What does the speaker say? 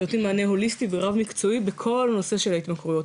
נותנים מענה הוליסטי בכל הנושא של ההתמכרויות,